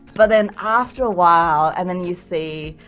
but then after a while. and then you see,